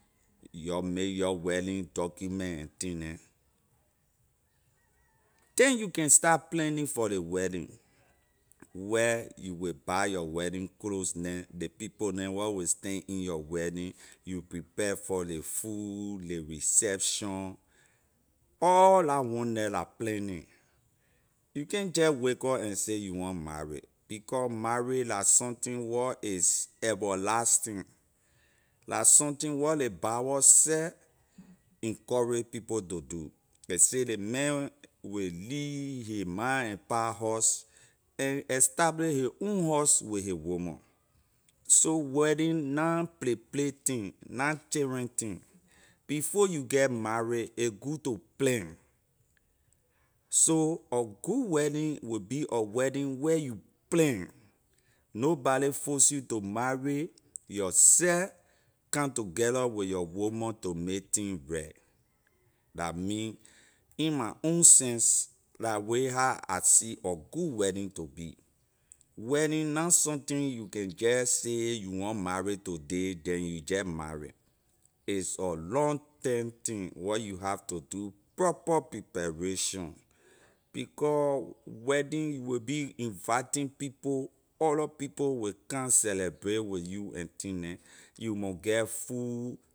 Your make your wedding document and thing neh then you can start planning for ley wedding where you will buy your wedding clothes neh ley people neh where will stand in your wedding you prepare for ley food ley reception all la one the la planning you can’t jeh wake up and say you want marry becor marry la something wor is about lasting la something wor ley bible seh encourage people to do ley say lay man wey leave his ma and pa house and establish his own house with his woman so wedding na play play thing na children thing before you get marry a good to plan so a good wedding will be a wedding where you plan nobody force you to marry yourseh come together with your woman to may thing right la me in my own sense la way how I see a good wedding to be wedding na something you can jeh say you want marry today then you jeh marry it’s a long term thing where you have to do proper preparation becor wedding will be inviting people other people will come celebrate with you and thing neh you mon get food.